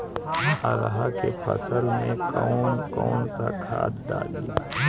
अरहा के फसल में कौन कौनसा खाद डाली?